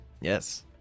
Yes